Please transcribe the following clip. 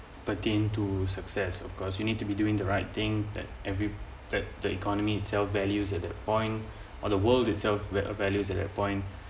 pertain to success of course you need to be doing the right thing that every that the economy itself values at that point or the world itself where a values at that point